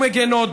ומגינות,